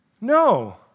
No